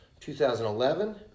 2011